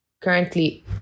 currently